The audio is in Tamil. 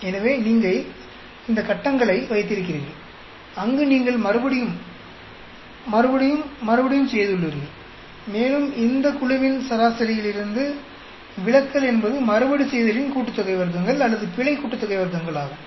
எனவே நீங்கள் இந்த கட்டங்களை வைத்திருக்கிறீர்கள் அங்கு நீங்கள் மறுபடியும் மறுபடியும் மறுபடியும் செய்துள்ளீர்கள் மேலும் இந்த குழுவின் சராசரியிலிருந்து விலக்கல் என்பது மறுபடிசெய்தலின் கூட்டுத்தொகை வர்க்கங்கள் அல்லது பிழை கூட்டுத்தொகை வர்க்கங்கள் ஆகும்